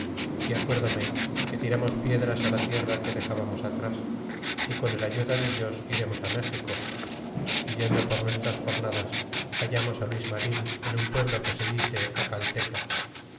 y acuerdome que tiramos piedras la tierra que dexábamos atras y con el ayuda de dios irémos méxico é yendo por nuestras jornadas hallamos luis marin en un pueblo que se dice acalteca y así